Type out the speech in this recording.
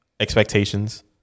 Expectations